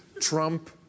Trump